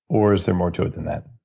or is there more to it than that?